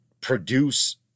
produce